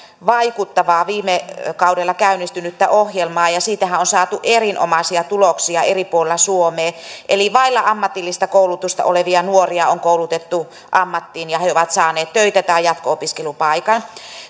vaikuttavaa viime kaudella käynnistynyttä ohjelmaa ja siitähän on saatu erinomaisia tuloksia eri puolilla suomea eli vailla ammatillista koulutusta olevia nuoria on koulutettu ammattiin ja he ovat saaneet töitä tai jatko opiskelupaikan